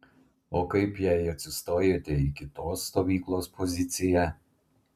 o kaip jei atsistojate į kitos stovyklos poziciją